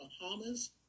Bahamas